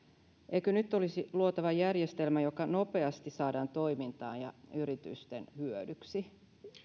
eikö nyt olisi luotava järjestelmä joka nopeasti saadaan toimintaan ja yritysten hyödyksi